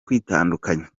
kwitandukanya